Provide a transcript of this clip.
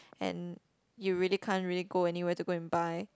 and you really can't really go anywhere to go and buy